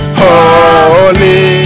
holy